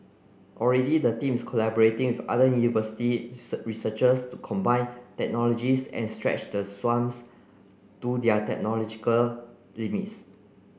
already the teams collaborating with other university researchers to combine technologies and stretch the swans to their technological limits